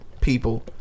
people